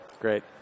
Great